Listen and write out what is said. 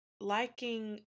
liking